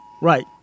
Right